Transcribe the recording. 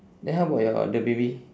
then how about your the baby